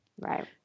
Right